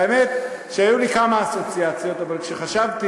והאמת שהיו לי כמה אסוציאציות, אבל כשחשבתי,